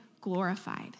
glorified